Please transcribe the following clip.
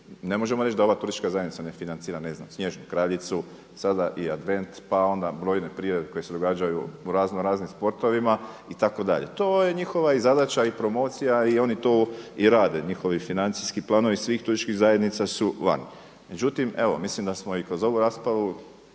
ne možemo reći da ova turistička zajednica ne financira ne znam Snježnu kraljicu, sada i advent, pa onda brojne priredbe koje se događaju u razno raznim sportovima itd. To je njihova i zadaća i promocija i oni to i rade, njihovi financijski planovi svih turističkih zajednica su vani. Međutim, evo mislim da smo i kroz ovu raspravu